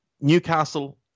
Newcastle